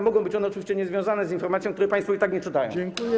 Mogą być one oczywiście niezwiązane z informacją, której państwo i tak nie czytają.